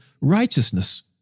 righteousness